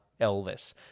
Elvis